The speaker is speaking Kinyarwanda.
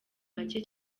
bake